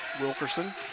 Wilkerson